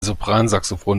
sopransaxophon